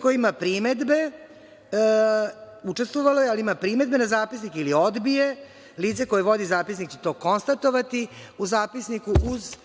koje je učestvovalo ali ima primedbe na zapisnik ili odbije, lice koje vodi zapisnik će to konstatovati u zapisniku, uz